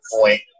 point